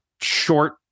Short